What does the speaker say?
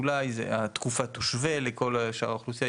אולי התקופה תושווה לכל שאר האוכלוסייה,